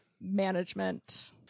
Management